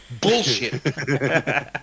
Bullshit